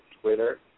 Twitter